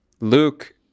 Luke